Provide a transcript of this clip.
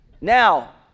now